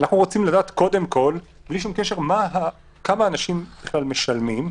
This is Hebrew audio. אנחנו רוצים לדעת כמה אנשים בכלל משלמים,